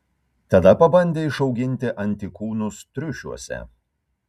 tada pabandė išauginti antikūnus triušiuose